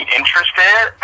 interested